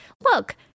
look